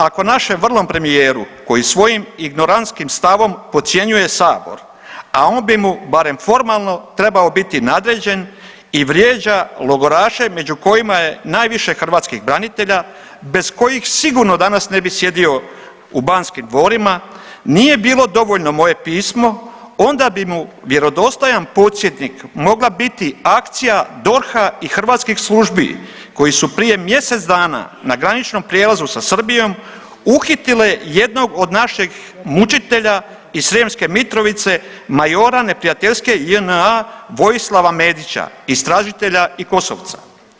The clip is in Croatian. Ako našem vrlom premijeru koji svojim ignorantskim stavom podcjenjuje sabor, a on bi mu barem formalno trebao biti nadređen i vrijeđa logoraše među kojima je najviše hrvatskih branitelja bez kojih sigurno danas ne bi sjedio u Banskim dvorima, nije bilo dovoljno moje pismo onda bi mu vjerodostojan podsjetnik mogla biti akcija DORH-a i hrvatskih službi koji su prije mjesec dana na graničnom prijelazu sa Srbijom uhitile jednog od našeg mučitelja iz Sremske Mitrovice majora neprijateljske JNA Vojislava Medića, istražitelja i KOS-ovca.